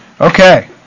Okay